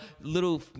little